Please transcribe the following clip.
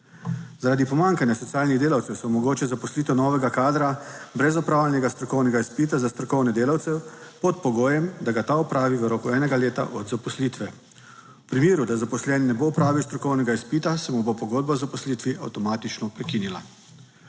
Zaradi pomanjkanja socialnih delavcev se omogoča zaposlitev novega kadra brez opravljenega strokovnega izpita za strokovne delavce pod pogojem, da ga ta opravi v roku enega leta od zaposlitve. V primeru, da zaposleni ne bo opravil strokovnega izpita, se mu bo pogodba o zaposlitvi avtomatično prekinila.